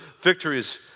victories